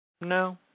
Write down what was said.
No